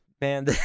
Man